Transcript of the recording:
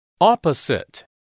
Opposite